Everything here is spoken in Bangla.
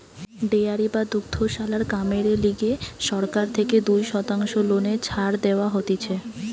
ডেয়ারি বা দুগ্ধশালার কামেরে লিগে সরকার থেকে দুই শতাংশ লোনে ছাড় দেওয়া হতিছে